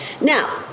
Now